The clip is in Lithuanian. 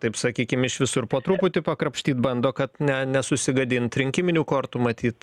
taip sakykim iš visur po truputį pakrapštyt bando kad ne nesusigadint rinkiminių kortų matyt